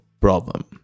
problem